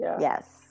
yes